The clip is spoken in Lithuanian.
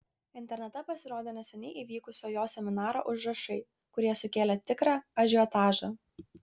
internete pasirodė neseniai įvykusio jo seminaro užrašai kurie sukėlė tikrą ažiotažą